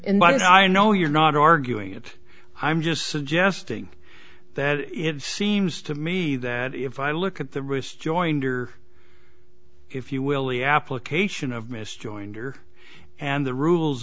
in but i know you're not arguing it i'm just suggesting that it seems to me that if i look at the wrist joint or if you will the application of missed jointer and the rules